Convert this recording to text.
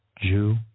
Jew